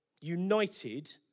united